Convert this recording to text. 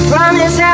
Promise